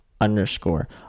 Underscore